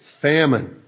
famine